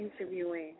interviewing